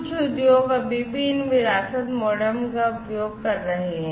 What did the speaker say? कुछ उद्योग अभी भी इन विरासत मोडेम का उपयोग कर रहे हैं